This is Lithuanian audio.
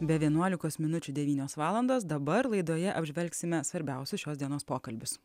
be vienuolikos minučių devynios valandos dabar laidoje apžvelgsime svarbiausius šios dienos pokalbius